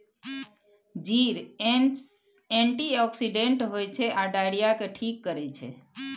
जीर एंटीआक्सिडेंट होइ छै आ डायरिया केँ ठीक करै छै